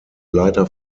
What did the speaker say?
leiter